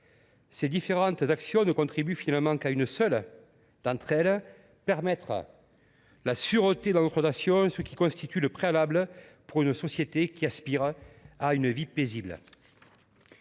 Ces différentes actions n’ont finalement qu’un seul objet : garantir la sûreté dans notre Nation, ce qui constitue le préalable pour une société qui aspire à une vie paisible.